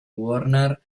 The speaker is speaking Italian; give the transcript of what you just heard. warner